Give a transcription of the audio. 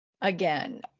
Again